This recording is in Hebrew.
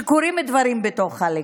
שקורים דברים בתוך הליכוד.